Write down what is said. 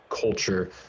culture